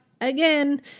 again